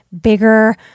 bigger